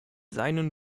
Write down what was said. seinen